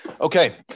okay